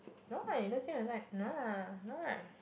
no lah you don't seem the type no lah no right